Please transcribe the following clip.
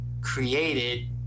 created